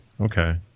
Okay